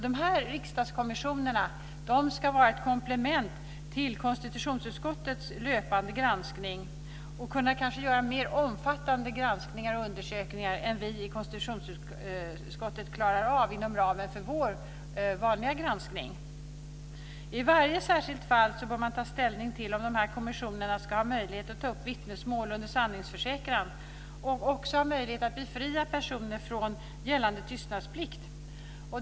Dessa riksdagskommissioner ska vara ett komplement till konstitutionsutskottets löpande granskning och kanske kunna göra mer omfattande granskningar och undersökningar än vi i konstitutionsutskottet klarar av inom ramen för vår vanliga granskning. I varje särskilt fall bör man ta ställning till om dessa kommissioner ska ha möjlighet att ta upp vittnesmål under sanningsförsäkran och också ha möjlighet att befria personer från gällande tystnadsplikt.